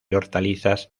hortalizas